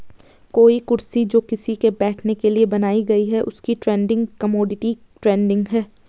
कोई कुर्सी जो किसी के बैठने के लिए बनाई गयी है उसकी ट्रेडिंग कमोडिटी ट्रेडिंग है